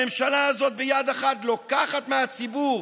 הממשלה הזאת ביד אחת לוקחת מהציבור